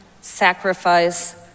sacrifice